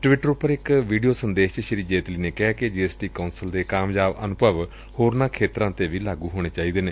Twitter ਉਪਰ ਇਕ video ਸੰਦੇਸ਼ ਵਿਚ ਸ੍ਰੀ ਜੇਤਲੀ ਨੇ ਕਿਹਾ ਕਿ ਜੀ ਐਸ ਕੌਂਸਲ ਦੇ ਕਾਮਯਾਬ ਅਨੁਭਵ ਹੋਰਨਾਂ ਖੇਤਰਾਂ ਤੇ ਵੀ ਲਾਗੁ ਹੋਣੇ ਚਾਹੀਦੇ ਨੇ